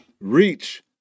reach